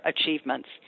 achievements